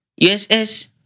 USS